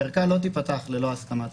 נכון, הערכה לא תיפתח ללא הסכמתה.